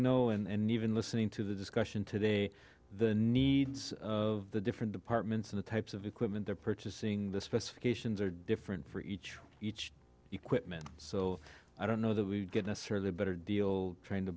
know and even listening to the discussion today the needs of the different departments in the types of equipment they're purchasing the specifications are different for each each you quitman so i don't know that we get necessarily a better deal tryin